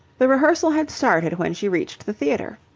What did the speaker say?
the rehearsal had started when she reached the theatre.